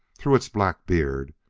through its black beard,